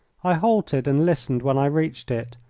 i halted and listened when i reached it,